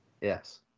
Yes